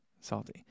Salty